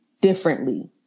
differently